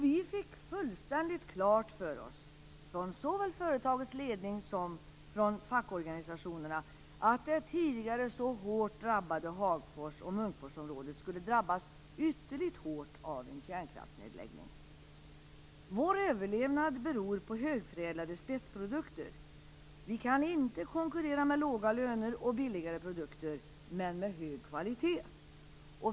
Vi fick fullständigt klart för oss, från såväl företagets ledning som fackorganisationerna, att det tidigare så hårt drabbade Hagfors och Munkforsområdet skulle drabbas ytterligt hårt av en kärnkraftsnedläggning. "Vår överlevnad beror på högförädlade spetsprodukter. Vi kan inte konkurrera med låga löner och billigare produkter men med hög kvalitet.